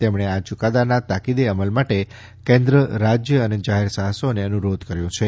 તેમણે આ યુકાદાના તાકીદે અમલ માટે કેન્દ્ર રાજ્ય અને જાહેરસાહસોને અનુરોધ કર્યો છે